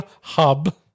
Hub